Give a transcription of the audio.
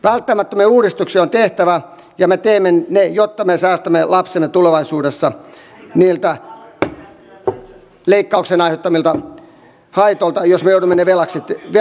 välttämättömiä uudistuksia on tehtävä ja me teemme ne jotta me säästämme lapsemme tulevaisuudessa niiltä leikkauksen aiheuttamilta haitoilta jos me joudumme velaksi kasvattamaan nämä